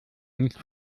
nicht